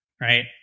right